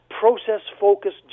process-focused